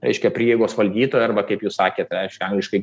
reiškia prieigos valdytojai arba kaip jūs sakėt reiškia angliškai